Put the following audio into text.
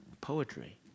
poetry